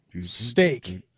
Steak